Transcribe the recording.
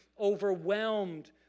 overwhelmed